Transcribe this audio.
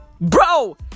Bro